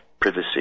privacy